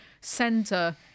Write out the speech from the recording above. centre